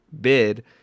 bid